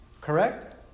Correct